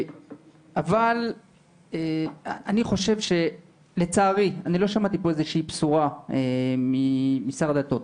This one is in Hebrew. אבל אני חושב שלצערי לא שמעתי פה איזו שהיא בשורה משר הדתות.